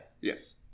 Yes